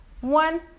one